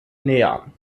näher